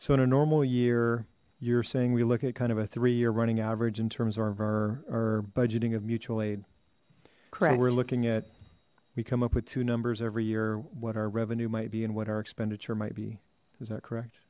a normal year you're saying we look at kind of a three year running average in terms of our budgeting of mutual aid we're looking at we come up with two numbers every year what our revenue might be and what our expenditure might be is that correct